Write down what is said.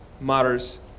matters